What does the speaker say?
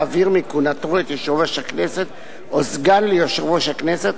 להעביר מכהונתו את יושב-ראש הכנסת או סגן ליושב-ראש הכנסת,